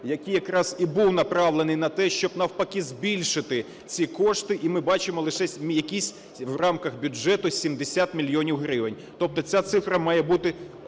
який якраз і був направлений на те, щоб навпаки збільшити ці кошти, і ми бачимо лише якісь в рамках бюджету 70 мільйонів гривень. Тобто ця цифра має бути